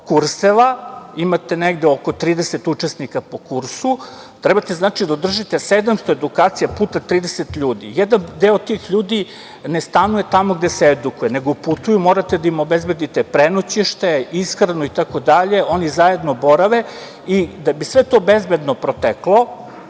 kurseva imate negde oko 30 učesnika po kursu, znači, treba da održite 700 edukacija puta 30 ljudi. Jedan deo tih ljudi ne stanuje tamo gde se edukuje, nego putuju, morate da im obezbedite prenoćište, ishranu i tako dalje, oni zajedno borave. Da bi sve to bezbedno proteklo,